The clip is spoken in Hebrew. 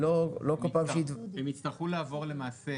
הם יצטרכו לעבור למעשה,